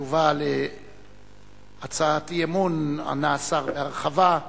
בתשובה על הצעת אי-אמון ענה השר בהרחבה,